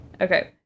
Okay